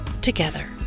together